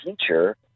teacher